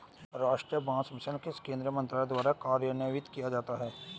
राष्ट्रीय बांस मिशन किस केंद्रीय मंत्रालय द्वारा कार्यान्वित किया जाता है?